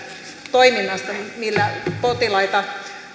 toiminnasta millä potilaita